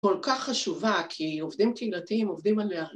‫כל כך חשובה כי עובדים קהילתיים ‫עובדים עליה.